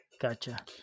Gotcha